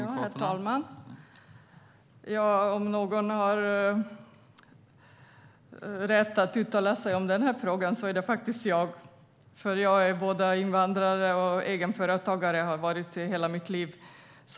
Herr talman! Om någon har rätt att uttala sig i den här frågan är det faktiskt jag, för jag är både invandrare och egenföretagare och har varit det i hela mitt liv.